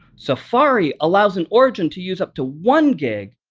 safari allows an origin to use up to one gig.